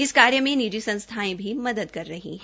इस कार्य मे निजी संस्थाए भी मदद कर रही है